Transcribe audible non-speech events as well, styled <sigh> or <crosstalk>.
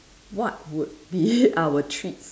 what would be <laughs> our treats